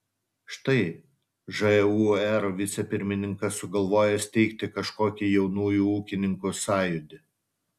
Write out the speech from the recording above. štai žūr vicepirmininkas sugalvojo steigti kažkokį jaunųjų ūkininkų sąjūdį